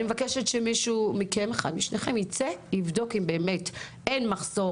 אני מבקשת שמישהו מכם ייצא ויבדוק אם באמת אין מחסור